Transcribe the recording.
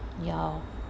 ya